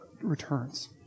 returns